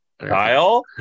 Kyle